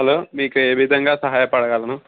hello మీకు ఏ విధంగా సహాయపడగలను